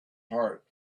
heart